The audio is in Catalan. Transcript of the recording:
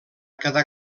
quedar